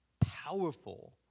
powerful